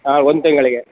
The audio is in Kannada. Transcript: ಹಾಂ ಒಂದು ತಿಂಗಳಿಗೆ